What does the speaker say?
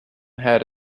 had